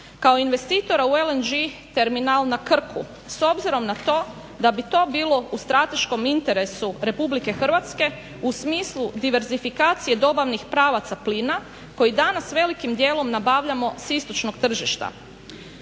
kao investitora u LNG terminal na Krku s obzirom na to da bi to bilo u strateškom interesu RH u smislu diversifikacije dobavnih pravaca plina koji danas velikim dijelom nabavljamo s istočnog tržišta.